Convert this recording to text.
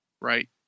right